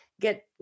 get